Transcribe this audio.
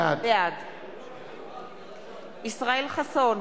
בעד ישראל חסון,